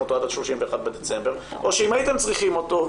אותו עד ה- 31.12. או שאם הייתם צריכים אותו,